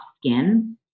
skin